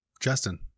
Justin